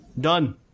Done